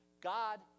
God